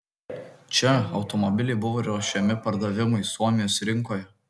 čia automobiliai buvo ruošiami pardavimui suomijos rinkoje